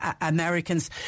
Americans